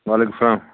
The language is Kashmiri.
وعلیکُم السلام